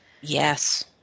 Yes